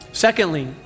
Secondly